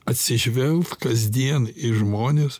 atsižvelgt kasdien į žmones